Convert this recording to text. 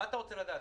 מה אתה רוצה לדעת?